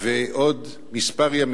ובעוד ימים ספורים